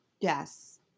Yes